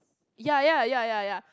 ya ya ya ya ya